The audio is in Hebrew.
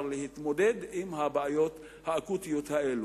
פתרון בהתמודדות עם הבעיות האקוטיות האלה.